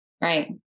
Right